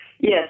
Yes